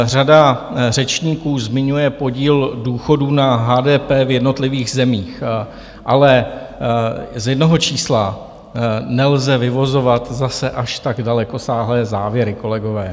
Řada řečníků zmiňuje podíl důchodů na HDP v jednotlivých zemích, ale z jednoho čísla nelze vyvozovat zase až tak dalekosáhlé závěry, kolegové.